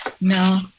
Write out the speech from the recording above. No